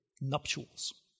nuptials